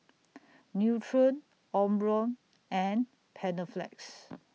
Nutren Omron and Panaflex